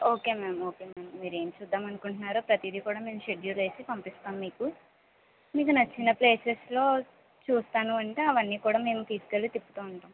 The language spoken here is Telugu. ఓకే మ్యామ్ ఓకే మ్యామ్ మీరు ఏమి చూద్దాం అనుకుంటున్నారో ప్రతిది కూడా మేము షెడ్యూల్ వేసి పంపిస్తాం మీకు మీకు నచ్చిన ప్లేసెస్లో చూస్తాను అంటే అవన్నీ కూడా మేము తీసుకు వెళ్ళి తిప్పుతు ఉంటాం